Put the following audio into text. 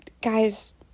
Guys